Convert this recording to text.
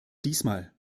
diesmal